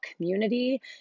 community